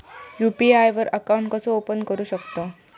UPI वर account कसा open करू शकतव?